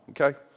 okay